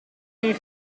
erin